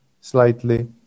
slightly